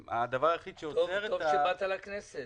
טוב שבאת לכנסת.